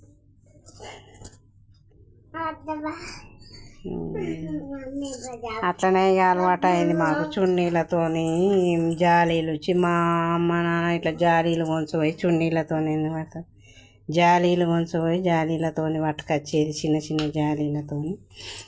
అలానే ఇక అలవాటైంది మాకు చున్నీలతో హీం జాలీలొచ్చి మా అమ్మా నాన్న ఇలా జాలీలు కొంచం పోయి చున్నీలతో ఇంతకుముందు జాలీలు గుంచకపోయి జాలీలతో పట్టకొచ్చేది చిన్న చిన్న జాలీలతో